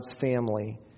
family